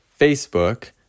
Facebook